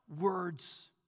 words